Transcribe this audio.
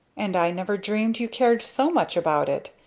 and i never dreamed you cared so much about it,